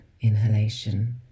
inhalation